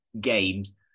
games